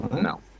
No